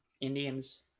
Indians